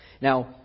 Now